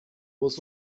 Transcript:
was